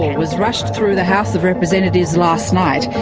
and was rushed through the house of representatives last night.